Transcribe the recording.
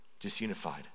disunified